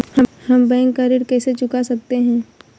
हम बैंक का ऋण कैसे चुका सकते हैं?